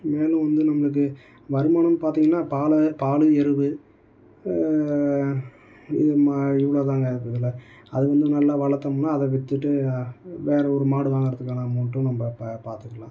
மேலும் வந்து நம்மளுக்கு வருமானன்னு பார்த்திங்கன்னா பாலு பாலு எருவு இது மா இவ்வளோதாங்க இதில் அதுக்கு வந்து நல்ல வளர்த்தோம்னா அதை விற்றுட்டு வேற ஒரு மாடை வாங்கிறத்துக்கான அமௌண்ட்டும் நம்ம பா பார்த்துரலாம்